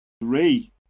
three